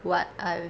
what I've